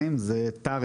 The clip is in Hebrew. לרבות